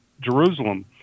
Jerusalem